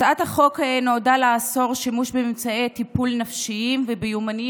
הצעת החוק נועדה לאסור שימוש בממצאי טיפול נפשי וביומנים